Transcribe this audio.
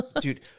Dude